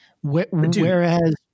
whereas